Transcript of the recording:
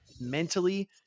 mentally